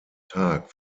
tag